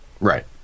right